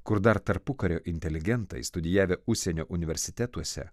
kur dar tarpukario inteligentai studijavę užsienio universitetuose